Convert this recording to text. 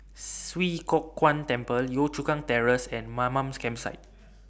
Swee Kow Kuan Temple Yio Chu Kang Terrace and Mamam Campsite